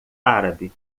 árabe